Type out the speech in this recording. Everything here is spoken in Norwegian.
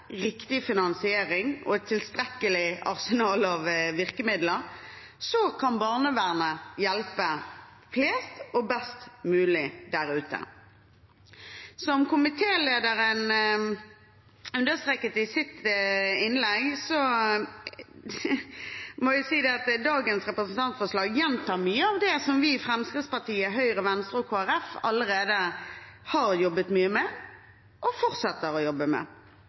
riktig finansiering og et tilstrekkelig arsenal av virkemidler kan barnevernet hjelpe flest og best mulig der ute. Som komitélederen understreket i sitt innlegg, må jeg si at dagens representantforslag gjentar mye av det som vi i Fremskrittspartiet, Høyre, Venstre og Kristelig Folkeparti allerede har jobbet mye med og fortsetter å jobbe med.